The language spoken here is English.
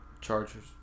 Chargers